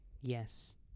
Yes